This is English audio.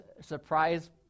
surprise